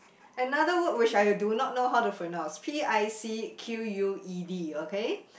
another word which I do not know how to pronounce P I C Q U E D okay